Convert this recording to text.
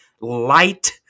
light